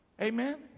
Amen